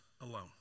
alone